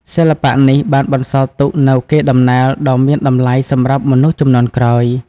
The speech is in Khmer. សិល្បៈនេះបានបន្សល់ទុកនូវកេរដំណែលដ៏មានតម្លៃសម្រាប់មនុស្សជំនាន់ក្រោយ។